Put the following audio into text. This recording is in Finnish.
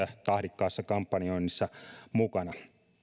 tahdikkaassa kampanjoinnissa mukana